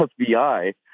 FBI